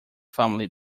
family